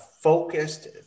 focused